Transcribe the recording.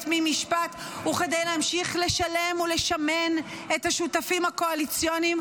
ממשפט וכדי להמשיך לשלם ולשמן את השותפים הקואליציוניים